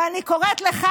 ואני קוראת לך,